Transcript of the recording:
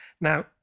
Now